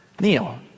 Neil